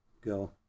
go